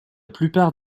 plupart